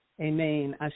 Amen